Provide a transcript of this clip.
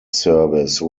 service